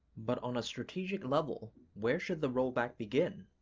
but on a strategic level, where should the rollback begin?